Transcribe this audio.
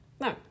No